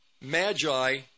Magi